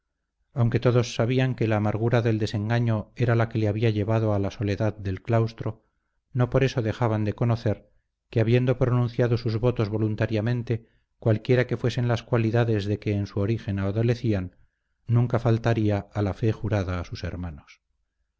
aunque todos sabían que la amargura del desengaño era la que le había llevado a la soledad del claustro no por eso dejaban de conocer que habiendo pronunciado sus votos voluntariamente cualquiera que fuesen las cualidades de que en su origen adolecían nunca faltaría a la fe jurada a sus hermanos